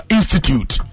Institute